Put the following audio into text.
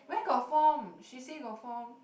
where got form she say got form